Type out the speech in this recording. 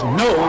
no